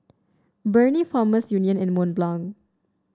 Burnie Farmers Union and Mont Blanc